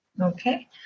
Okay